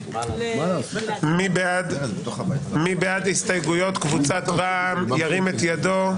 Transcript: מי בעד הסתייגויות קבוצת רע"מ, ירים את ידו?